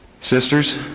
Sisters